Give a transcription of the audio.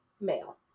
male